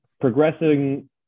progressing